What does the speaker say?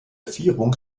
vierung